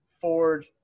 ford